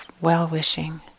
well-wishing